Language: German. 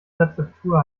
rezeptur